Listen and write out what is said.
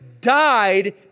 died